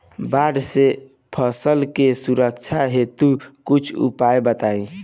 बाढ़ से फसल के सुरक्षा हेतु कुछ उपाय बताई?